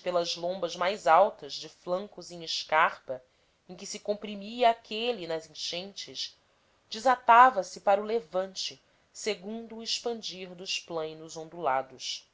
pelas lombas mais altas de flancos em escarpa em que se comprimia aquele nas enchentes desatava se para o levante segundo o expandir dos plainos ondulados